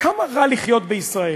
כמה רע לחיות בישראל,